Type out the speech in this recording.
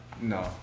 no